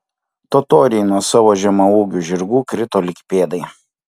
totoriai nuo savo žemaūgių žirgų krito lyg pėdai